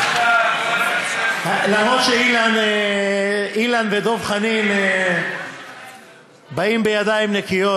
אף-על-פי שאילן ודב חנין באים בידיים נקיות